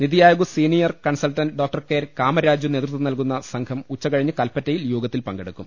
NITI Aayog senior consultant Dr K Kamaraju നേതൃത്വം നൽകുന്ന സംഘം ഉച്ചകഴിഞ്ഞ് കല്പറ്റയിൽ യോഗത്തിൽ പങ്കെ ടുക്കും